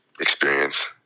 experience